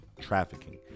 trafficking